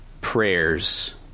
prayers